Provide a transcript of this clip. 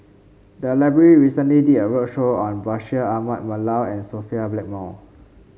the library recently did a roadshow on Bashir Ahmad Mallal and Sophia Blackmore